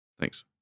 thanks